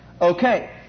Okay